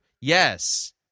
yes